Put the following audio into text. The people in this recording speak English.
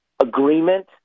agreement